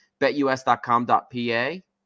betus.com.pa